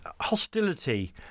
hostility